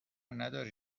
نداری